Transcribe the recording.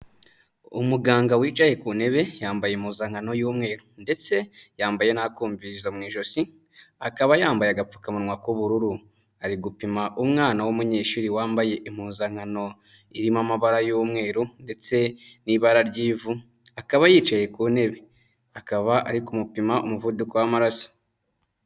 Umuganga wicaye ku ntebe yambaye impuzankano y'umweru ndetse yambaye n'akumvirizo mu ijosi, akaba yambaye agapfukamunwa k'ubururu. Ari gupima umwana w'umunyeshuri wambaye impuzankano irimo amabara y'umweru ndetse n'ibara ry'ivu, akaba yicaye ku ntebe; akaba ari kumupima umuvuduko w'amaraso.